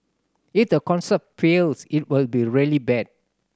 if the concept fails it will be really bad